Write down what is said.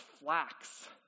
flax